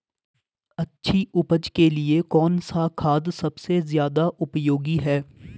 अच्छी उपज के लिए कौन सा खाद सबसे ज़्यादा उपयोगी है?